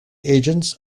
agents